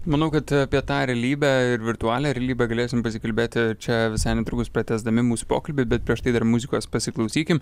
manau kad apie tą realybę ir virtualią realybę galėsim pasikalbėti čia visai netrukus pratęsdami mūsų pokalbį bet prieš tai dar muzikos pasiklausykim